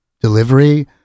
delivery